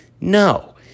No